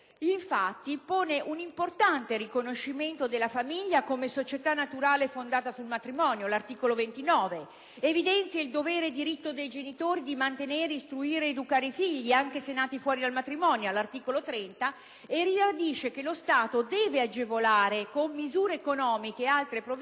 introduce un importante riconoscimento della famiglia come società naturale fondata sul matrimonio (articolo 29), evidenzia il dovere ed il diritto dei genitori di mantenere, istruire ed educare i figli, anche se nati fuori del matrimonio (articolo 30), e afferma che lo Stato deve agevolare con misure economiche e altre provvidenze